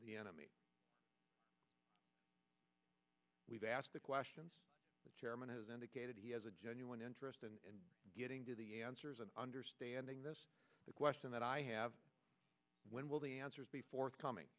the enemy we've asked the questions of chairman has indicated he has a genuine interest in getting to the answers and understanding the question that i have when will the answers be forthcoming